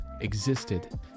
existed